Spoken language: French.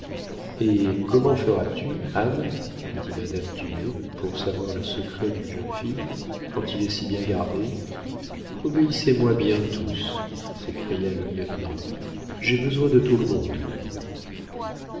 et comment feras-tu anne dit madame dumay pour savoir le secret d'une jeune fille quand il est si bien gardé obéissez-moi bien tous s'écria le lieutenant j'ai besoin de tout le monde